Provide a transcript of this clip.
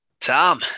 Tom